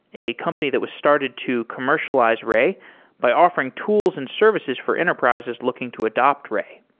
a company that was started to commercialize ray by offering tools and services for enterprises looking to adapt ray.